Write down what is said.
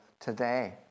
today